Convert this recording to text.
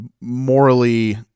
morally